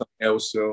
else